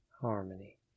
harmony